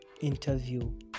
interview